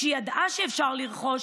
כשהיא ידעה שאפשר לרכוש,